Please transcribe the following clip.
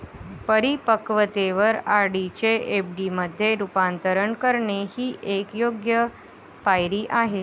परिपक्वतेवर आर.डी चे एफ.डी मध्ये रूपांतर करणे ही एक योग्य पायरी आहे